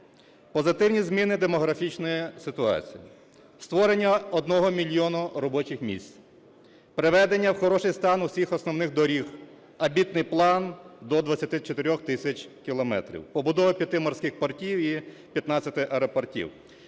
Позитивні зміни демографічної ситуації, створення 1 мільйона робочих місць, приведення в хороший стан усіх основних доріг (амбітний план – до 24 тисяч кілометрів), побудова 5 морських портів і 15 аеропортів.